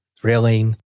thrilling